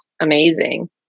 amazing